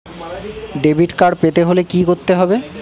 Debit card পেতে হলে কি করতে হবে?